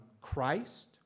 Christ